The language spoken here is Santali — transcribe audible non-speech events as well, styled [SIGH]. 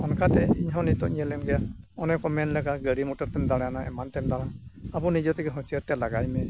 ᱚᱱᱠᱟᱛᱮ ᱤᱧᱦᱚᱸ ᱱᱤᱛᱳᱜ ᱧᱮᱞᱮᱱ ᱜᱮᱭᱟ ᱚᱱᱮ ᱠᱚ ᱢᱮᱱ ᱞᱮᱠᱟ ᱜᱟᱹᱰᱤ ᱢᱚᱴᱚᱨ ᱛᱮᱢ ᱫᱟᱲᱟᱱᱟ ᱮᱢᱟᱱ ᱛᱮᱢ ᱫᱟᱬᱟᱱᱟ ᱟᱵᱚ ᱱᱤᱡᱮ ᱛᱮᱜᱮ [UNINTELLIGIBLE] ᱞᱟᱜᱟᱭ ᱢᱮ